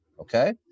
okay